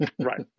right